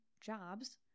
jobs